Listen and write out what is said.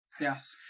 Yes